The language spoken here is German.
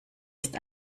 ist